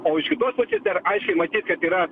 o iš kitos pusės dar aiškiai matyt kad yra